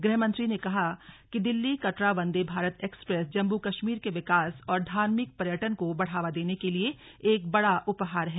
गृह मंत्री ने कहा कि दिल्ली कटरा वंदे भारत एक्सप्रेस जम्मू कश्मीर के विकास और धार्मिक पर्यटन को बढ़ावा देने के लिए एक बड़ा उपहार है